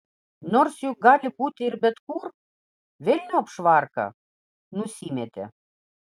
nors juk gali būti ir bet kur velniop švarką nusimetė